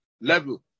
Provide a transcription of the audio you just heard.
level